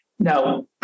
Now